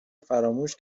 فراموش